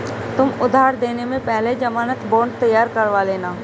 तुम उधार देने से पहले ज़मानत बॉन्ड तैयार करवा लेना